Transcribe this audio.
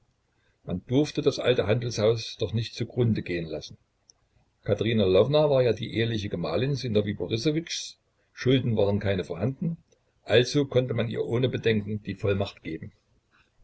man durfte das alte handelshaus doch nicht zugrunde gehen lassen katerina lwowna war ja die eheliche gemahlin sinowij borissowitschs schulden waren keine vorhanden also konnte man ihr ohne bedenken die vollmacht geben